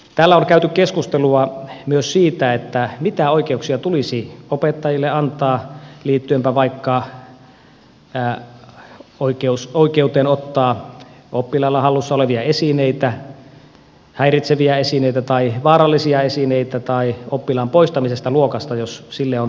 täällä on käyty keskustelua myös siitä mitä oikeuksia tulisi opettajille antaa liittyen vaikkapa oikeuteen ottaa oppilaalla hallussa olevia häiritseviä tai vaarallisia esineitä tai poistaa oppilas luokasta jos sille on tarvetta